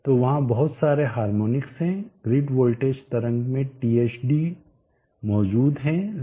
तो वहा बहुत सारे हार्मोनिक्स है ग्रिड वोल्टेज तरंग में THD मौजूद है